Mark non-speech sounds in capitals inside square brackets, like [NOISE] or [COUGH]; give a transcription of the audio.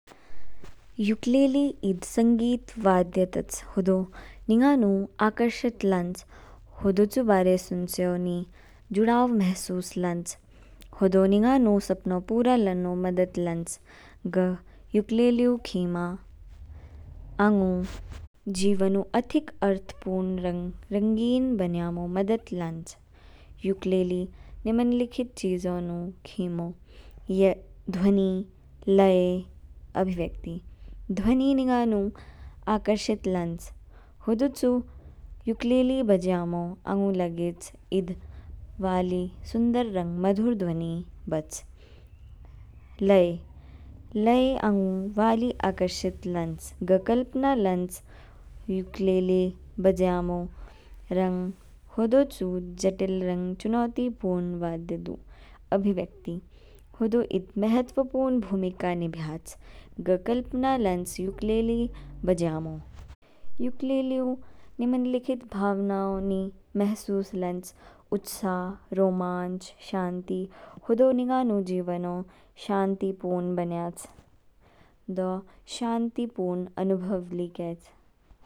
युक्लेली ईद संगीत वाद्य तच, होदो निंगानु आकर्षित लांच। होदो चू बारे सुनच्यो नि जुडाव महसूस लांच, होदो निंगानु सपनो पूरा लान्नो मदद लांच। ग युक्लेली ऊ खीमा, आंगु जीवन ऊ अथिक अर्थपूर्ण रंग रंगीन बन्यामो मदद लांच। युक्लेली निमलिखित चीजों नु खीमो, [HESITATION] ध्वनि, लय, अभिव्यक्ति। ध्वनि निंगा नु आकर्षित लांच, होदो चू युक्लेली बज्यामो आंगु लागेच होदो ईद वाली सुंदर रंग मधुर ध्वनि बच। लय, लय आंगु वाली आकर्षित लांच, कल्पना लांच युक्लेली बज्यामो रंग होदौ चू जटिल रंग चूनौतीपुरण वाद्य दू। अभिव्यक्ति, होदो ईद मेहत्वपूर्ण भूमिका नियाच, ग कल्पना लांच, युक्लेली बज्यामो। युक्लेली ऊ निमलिखित भावनाओ नि मेहसूस लांच, उत्साह, रोमांच, शांति। होदो निंगानु जीवनो शांतिपूर्ण बन्याच, दो शांतिपूर्ण अनुभव ली केच।